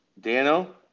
Dano